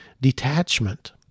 detachment